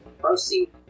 Proceed